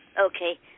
Okay